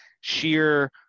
sheer